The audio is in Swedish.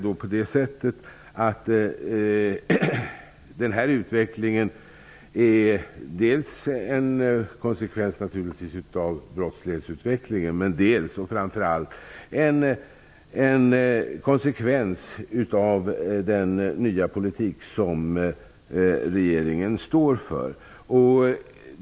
Den här utvecklingen är dels naturligtvis en konsekvens av brottslighetsutvecklingen, dels -- och framför allt -- en konsekvens av den nya politik som regeringen står för.